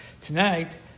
Tonight